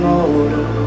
older